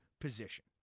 position